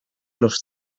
los